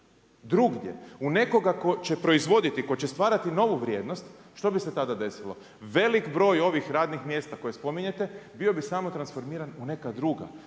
drugdje u nekoga tko će proizvoditi, tko će stvarati novu vrijednost što bi se tada desilo? Velik broj ovih radnih mjesta koje spominjete bio bi samo transformiran u neka druga